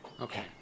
Okay